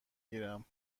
گیرم